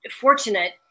Fortunate